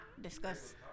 discuss